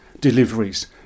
deliveries